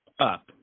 up